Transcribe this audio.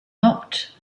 not